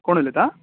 कोण उलयता